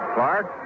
Clark